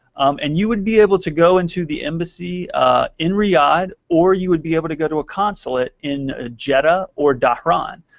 and you would be able to go into the embassy in riyadh or you would be able to go to a consulate in ah jeddah or dhahran.